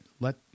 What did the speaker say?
Let